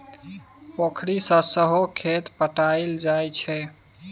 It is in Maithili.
पोखरि सँ सहो खेत पटाएल जाइ छै